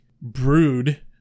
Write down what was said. brood